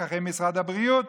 פקחי משרד הבריאות,